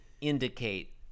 indicate